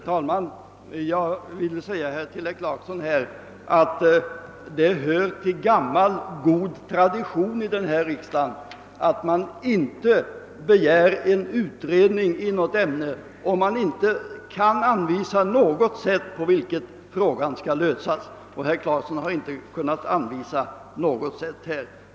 Herr talman! Till herr Clarkson vill jag säga att det hör till gammal god tradition i denna riksdag att inte begära en utredning i ett ämne om man inte kan anvisa något sätt på vilket frågan skall lösas. Herr Clarkson har här inte kunnat anvisa något sådant sätt.